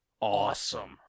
awesome